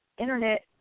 Internet